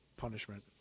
punishment